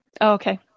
Okay